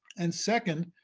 and second,